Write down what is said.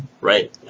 Right